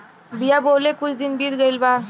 बिया बोवले कुछ दिन बीत गइल बा